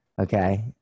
Okay